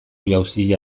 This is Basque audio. jauzia